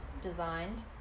designed